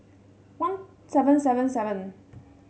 one seven seven seven